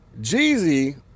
Jeezy